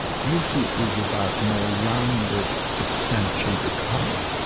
beauty is about more rounded, substantial becoming.